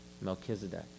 Melchizedek